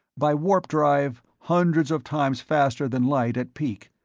by warp-drive, hundreds of times faster than light at peak,